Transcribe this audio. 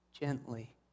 gently